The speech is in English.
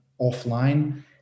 offline